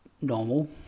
normal